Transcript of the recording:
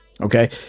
Okay